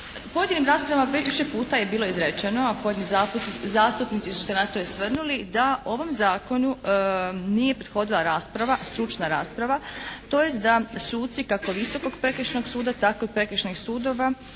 pojedinim raspravama previše puta je bilo izrečeno a pojedini zastupnici su se na to i osvrnuli da ovom zakonu nije prethodila rasprava, stručna rasprava tj. da suci kako Visokog prekršajnog suda tako i Prekršajnih sudova